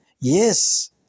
Yes